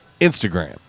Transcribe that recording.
Instagram